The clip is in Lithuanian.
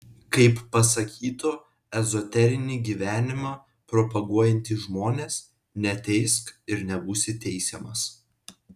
kaip pasakytų ezoterinį gyvenimą propaguojantys žmonės neteisk ir nebūsi teisiamas